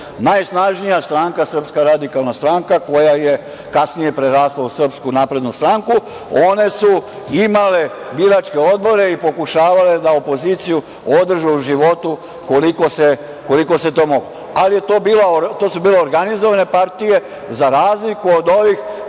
Najsnažnija stranka, Srpska radikalna stranka, koja je kasnije prerasla u Srpsku naprednu stranku, one su imale biračke odbore i pokušavale da opoziciju održe u životu koliko se to moglo. Ali to su bila organizovane partije, za razliku od ovih,